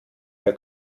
der